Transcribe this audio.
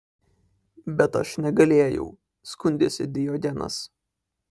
bet aš negalėjau skundėsi diogenas